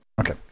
Okay